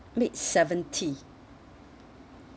mate seventy